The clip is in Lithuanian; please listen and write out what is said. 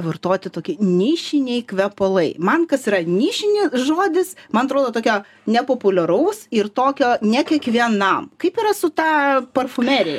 vartoti tokį nišiniai kvepalai man kas yra nišinė žodis man atrodo tokio nepopuliaraus ir tokio ne kiekvienam kaip yra su ta parfumerija